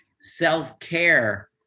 self-care